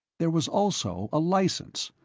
there was also a license,